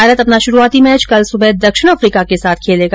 भारत अपना शुरूआती मैच कल सुबह दक्षिण अफ्रीका के साथ खेलेगा